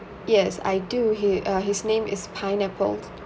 yes I do he uh his name is Pine Appeld